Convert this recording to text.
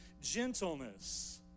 gentleness